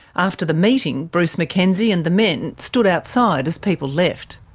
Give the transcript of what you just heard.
after the meeting, bruce mackenzie and the men stood outside as people left.